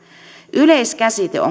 yleiskäsitteitä